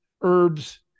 herbs